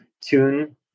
tune